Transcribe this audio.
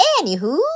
Anywho